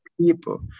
people